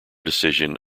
decision